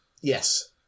Yes